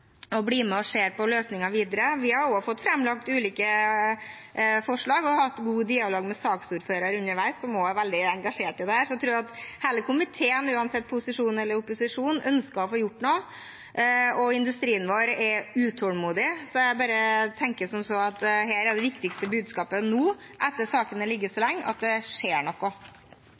med og ser på løsninger videre. Vi har også fått framlagt ulike forslag og har underveis hatt god dialog med saksordføreren, som også er veldig engasjert i dette. Jeg tror at hele komiteen, uansett om man er i posisjon eller opposisjon, ønsker å få gjort noe, og industrien vår er utålmodig, så jeg tenker at her er det viktigste budskapet nå, etter at saken har ligget så lenge, at det skjer noe.